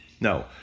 No